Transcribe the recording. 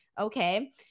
Okay